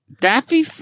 Daffy